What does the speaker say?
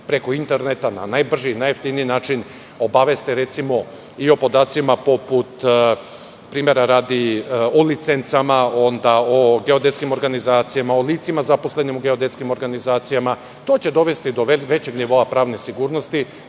preko interneta na najbrži i najjeftiniji način obaveste, recimo, i o podacima, primera radi, o licencama, o geodetskim organizacijama, o licima zaposlenim u geodetskim organizacijama. To će dovesti do većeg nivoa pravne sigurnosti